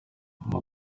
nyuma